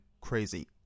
crazy